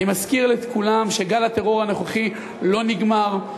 אני מזכיר לכולם שגל הטרור הנוכחי לא נגמר,